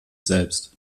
selbst